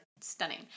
stunning